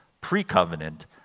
pre-covenant